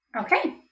Okay